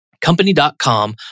Company.com